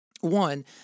One